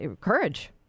courage